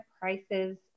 prices